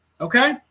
okay